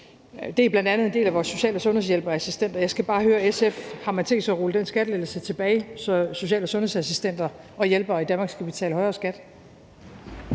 Det er bl.a. en del af vores social- og sundhedshjælpere og -assistenter. Og jeg skal bare høre SF: Har man tænkt sig at rulle den skattelettelse tilbage, så social- og sundhedsassistenter og -hjælpere i Danmark skal betale højere skat?